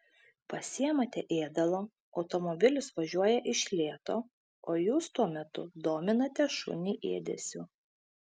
pasiimate ėdalo automobilis važiuoja iš lėto o jūs tuo metu dominate šunį ėdesiu